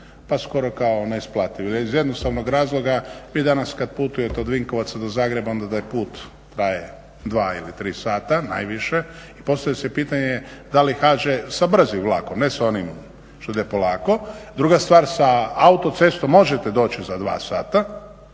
pa skoro kao neisplativ. Iz jednostavnog razloga vi danas kad putujete od Vinkovaca do Zagreba onda taj put traje 2 ili 3 sata, najviše i postavlja se pitanje da li HŽ, sa brzim vlakom ne sa onim što ide polako. Druga stvar, sa autocestom možete doći za 2 sata